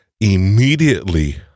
immediately